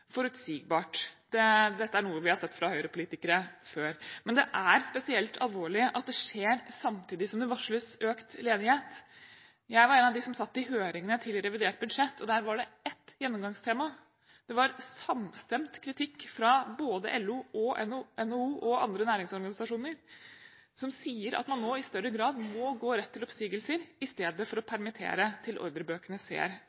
Forutsigbart – dette er noe vi har sett fra Høyre-politikere før. Men det er spesielt alvorlig at det skjer samtidig som det varsles økt ledighet. Jeg var en av dem som satt i høringene til revidert budsjett, og der var det ett gjennomgangstema. Det var samstemt kritikk fra både LO, NHO og andre næringsorganisasjoner som sa at man nå i større grad må gå rett til oppsigelser, i stedet for å